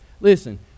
listen